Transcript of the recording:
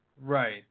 Right